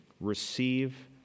receive